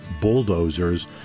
bulldozers